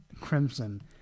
crimson